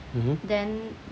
mmhmm